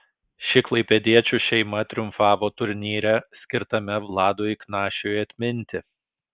ši klaipėdiečių šeima triumfavo turnyre skirtame vladui knašiui atminti